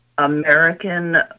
American